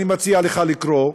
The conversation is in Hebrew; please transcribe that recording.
אני מציע לך לקרוא,